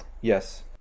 Yes